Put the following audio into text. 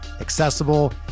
accessible